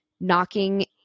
knocking